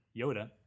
Yoda